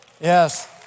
Yes